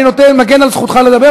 כשאתה מדבר אני מגן על זכותך לדבר,